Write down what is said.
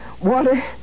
water